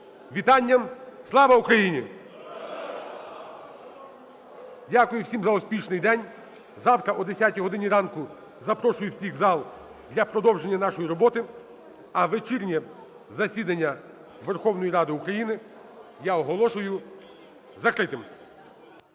вітанням "Слава України". Дякую всім за успішний день. Завтра о 10 годині ранку запрошую всіх в зал для продовження нашої роботи. А вечірнє засідання Верховної Ради України я оголошую закритим.